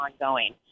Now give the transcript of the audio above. ongoing